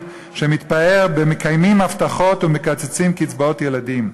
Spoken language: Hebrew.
שמתפאר במקיימים הבטחות ומקצצים קצבאות ילדים.